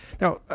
Now